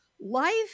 life